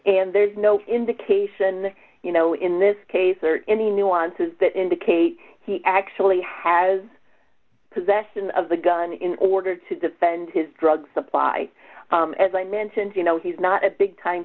and there's no indication you know in this case or any nuances that indicate he actually has possession of the gun in order to defend his drug supply as i mentioned you know he's not a big time